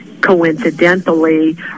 Coincidentally